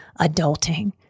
adulting